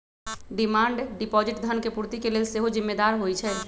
demand deposit धन के पूर्ति के लेल सेहो जिम्मेदार होइ छइ